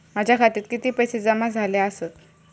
माझ्या खात्यात किती पैसे जमा झाले आसत?